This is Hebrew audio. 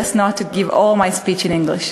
just not to give all my speech in English.